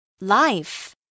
life